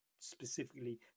specifically